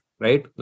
right